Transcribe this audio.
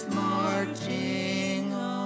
marching